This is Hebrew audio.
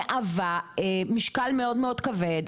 מהווה משקל מאד מאוד כבד,